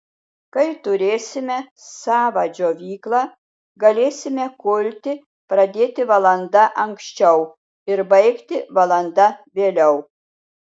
kai turėsime savą džiovyklą galėsime kulti pradėti valanda anksčiau ir baigti valanda vėliau